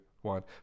one